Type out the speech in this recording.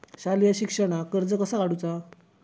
शालेय शिक्षणाक कर्ज कसा काढूचा?